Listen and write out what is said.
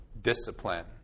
discipline